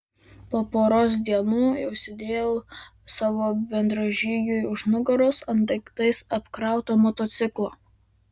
po poros dienų jau sėdėjau savo bendražygiui už nugaros ant daiktais apkrauto motociklo